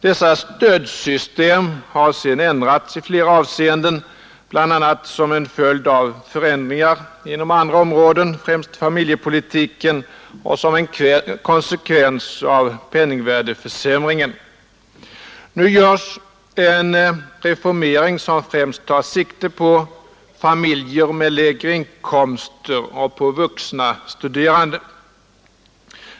Dessa stödsystem har sedan ändrats i flera avseenden, bl.a. som en följd av förändringar inom andra områden, främst familjepolitiken, och som en konsekvens av penningvärdeförsämringen. Nu genomförs en reformering som främst tar sikte på familjer med lägre inkomster och på vuxna studerande.